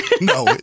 no